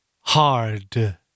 Hard